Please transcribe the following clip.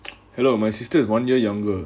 hello my sister is one year younger